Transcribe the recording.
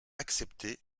accepté